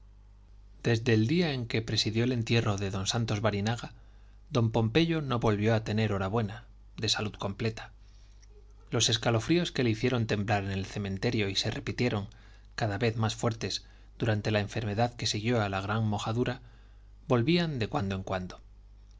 desde el día en que presidió el entierro de don santos barinaga don pompeyo no volvió a tener hora buena de salud completa los escalofríos que le hicieron temblar en el cementerio y se repitieron cada vez más fuertes durante la enfermedad que siguió a la gran mojadura volvían de cuando en cuando